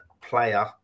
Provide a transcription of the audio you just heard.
player